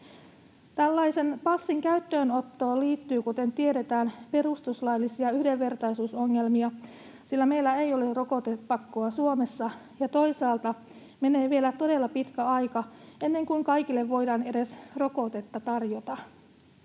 Tällaisen passin käyttöönottoon liittyy, kuten tiedetään, perustuslaillisia yhdenvertaisuusongelmia, sillä meillä ei ole rokotepakkoa Suomessa ja toisaalta menee vielä todella pitkä aika, ennen kuin kaikille voidaan edes rokotetta tarjota.